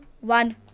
one